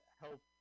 help